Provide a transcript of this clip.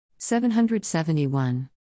771